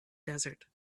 desert